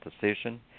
decision